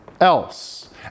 else